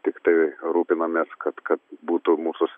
tiktai rūpinamės kad kad būtų mūsų